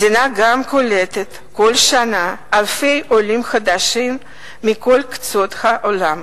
מדינה שגם קולטת כל שנה אלפי עולים חדשים מכל קצות העולם,